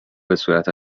بهصورت